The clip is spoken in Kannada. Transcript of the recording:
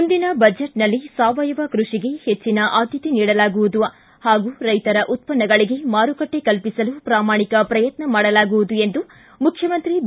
ಮುಂದಿನ ಬಜೆಟ್ನಲ್ಲಿ ಸಾವಯವ ಕೃಷಿಗೆ ಹೆಜ್ಜನ ಆದ್ದತೆ ನೀಡಲಾಗುವುದು ಹಾಗೂ ರೈತರ ಉತ್ಪನ್ನಗಳಿಗೆ ಮಾರುಕಟ್ಟೆ ಕಲ್ಪಿಸಲು ಪ್ರಾಮಾಣಿಕ ಪ್ರಯತ್ನ ಮಾಡಲಾಗುವುದು ಎಂದು ಮುಖ್ಯಮಂತ್ರಿ ಬಿ